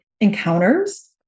encounters